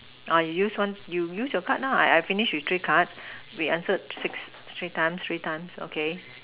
orh you use one you use your card lah I I finish with three card we answered six three times three times okay